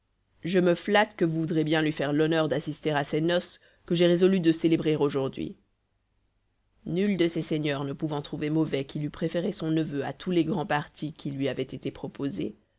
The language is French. je me flatte que vous voudrez bien lui faire l'honneur d'assister à ses noces que j'ai résolu de célébrer aujourd'hui nul de ces seigneurs ne pouvant trouver mauvais qu'il eût préféré son neveu à tous les grands partis qui lui avaient été proposés